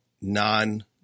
non